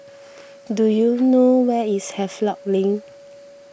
do you know where is Havelock Link